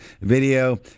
video